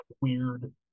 weird